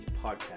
Podcast